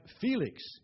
Felix